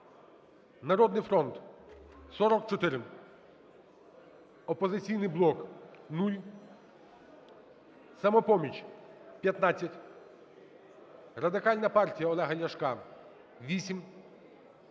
"Народний фронт" – 44, "Опозиційний блок" – 0, "Самопоміч" – 15, Радикальна партія Олега Ляшка – 8,